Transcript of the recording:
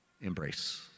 embrace